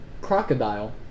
crocodile